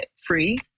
free